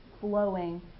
flowing